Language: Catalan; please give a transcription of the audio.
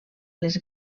les